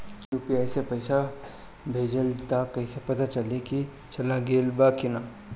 UPI से पइसा भेजम त कइसे पता चलि की चल गेल बा की न?